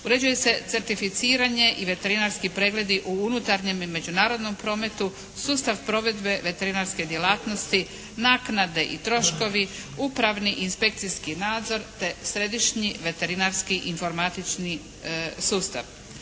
uređuje se certificiranje i veterinarski pregledi u unutarnjem i međunarodnom prometu, sustav provedbe veterinarske djelatnosti, naknade i troškovi, upravni i inspekcijski nadzor te središnji veterinarski informatični sustav.